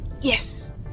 Yes